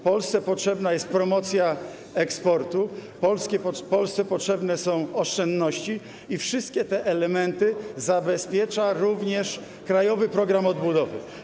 Polsce potrzebna jest promocja eksportu, Polsce potrzebne są oszczędności - i wszystkie te elementy zabezpiecza również krajowy program odbudowy.